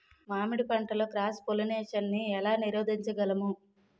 మామిడి పంటలో cross pollination నీ ఏల నీరోధించగలము?